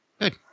Good